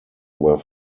were